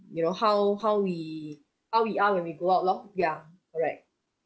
you know how how we how we are when we go out lor ya right